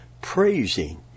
praising